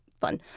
fun.